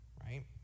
right